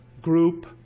group